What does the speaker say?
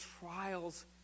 trials